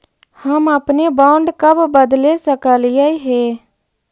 हम अपने बॉन्ड कब बदले सकलियई हे